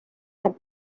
have